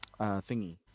Thingy